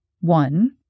one